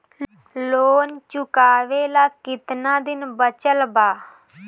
Loan चुकावे ला कितना दिन बचल बा?